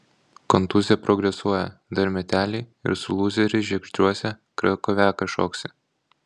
kontuzija progresuoja dar meteliai ir su lūzeriais žiegždriuose krakoviaką šoksi